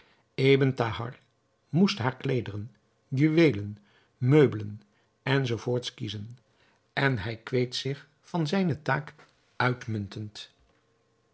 moest haar kleederen juweelen meubelen enz kiezen en hij kweet zich van zijne taak uitmuntend